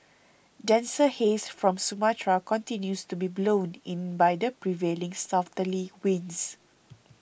denser haze from Sumatra continues to be blown in by the prevailing southerly winds